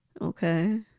Okay